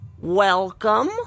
welcome